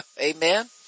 Amen